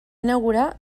inaugurar